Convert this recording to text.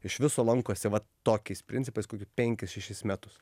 iš viso lankosi vat tokiais principais kokių penkis šešis metus